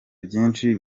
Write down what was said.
byinshi